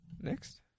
Next